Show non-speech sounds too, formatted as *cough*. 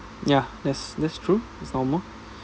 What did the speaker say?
ya that's that's true it's normal *breath*